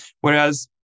Whereas